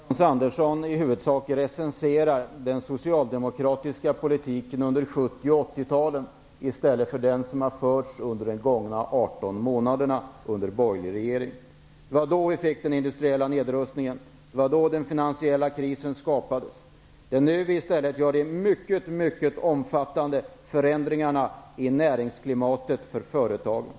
Herr talman! Jag tycker att Hans Andersson i huvudsak recenserar den socialdemokratiska politiken under 70och 80-talen i stället för den politik som den borgerliga regeringen har fört under de gångna 18 månaderna. Det var på 70 och 80-talen som den industriella nedrustningen skedde och den finansiella krisen skapades. Nu genomför vi i stället mycket omfattande förändringar i näringsklimatet för företagen.